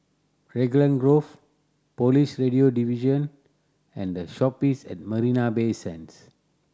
Raglan Grove Police Radio Division and The Shoppes at Marina Bay Sands